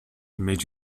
made